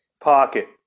pocket